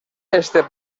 este